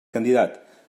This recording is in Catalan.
candidat